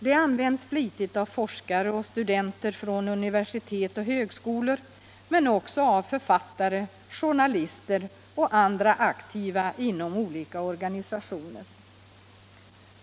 Det används flitigt av forskare och studenter från universitet och högskolor men också av författare, journalister och andra aktiva inom olika organisationer.